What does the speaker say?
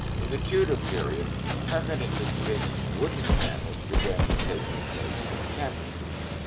in the tudor period, permanently-fixed wooden panels began to take the place of tapestries.